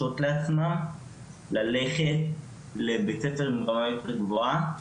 לעצמם ללכת לבית ספר ברמה יותר גבוהה,